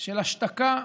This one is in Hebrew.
של השתקה,